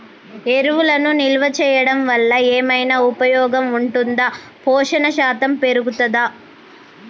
ఎరువులను నిల్వ చేయడం వల్ల ఏమైనా ఉపయోగం ఉంటుందా పోషణ శాతం పెరుగుతదా?